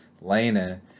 Lena